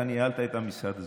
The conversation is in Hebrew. אתה ניהלת את המשרד הזה,